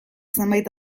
zenbait